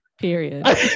Period